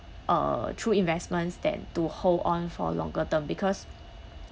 uh through investments than to hold on for a longer term because